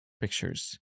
pictures